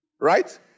Right